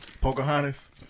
Pocahontas